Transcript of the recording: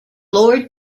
lord